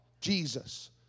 Jesus